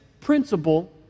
principle